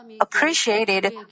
appreciated